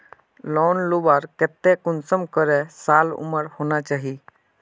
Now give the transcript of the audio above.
Loan लुबार केते कुंसम करे साल उमर होना चही?